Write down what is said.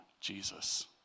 Jesus